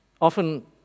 often